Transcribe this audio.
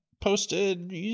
posted